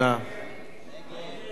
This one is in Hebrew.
ההצעה להסיר מסדר-היום